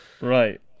Right